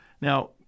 Now